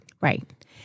Right